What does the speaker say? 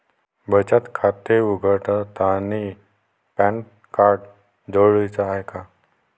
बचत खाते उघडतानी पॅन कार्ड जरुरीच हाय का?